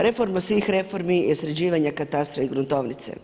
Reforma svih reformi je sređivanje katastra i gruntovnice.